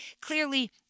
clearly